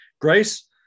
grace